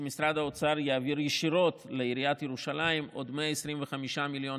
שמשרד האוצר יעביר ישירות לעיריית ירושלים עוד 125 מיליון